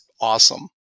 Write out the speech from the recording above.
awesome